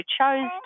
chose